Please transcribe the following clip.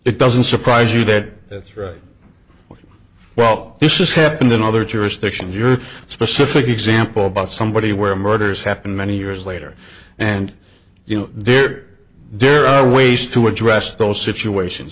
doesn't surprise you that that's right well this is happened in other jurisdictions your specific example about somebody where murders happened many years later and you know there'd there are ways to address those situations